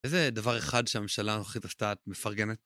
איזה דבר אחד שהממשלה הנוכחית עשתה את מפרגנת?